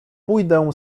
pójdę